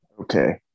Okay